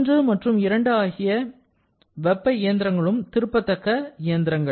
1 மற்றும் 2 ஆகிய 2 வெப்ப இயந்திரங்களும் திருப்பத்தக்க இயந்திரங்கள்